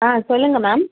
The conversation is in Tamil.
சொல்லுங்க மேம்